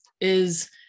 is-